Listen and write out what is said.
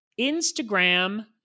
Instagram